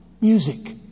music